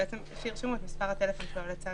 לרשום את מספר הטלפון שלו בצד.